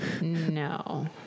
No